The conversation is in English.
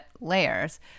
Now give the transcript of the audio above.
layers